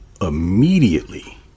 immediately